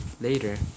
later